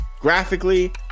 graphically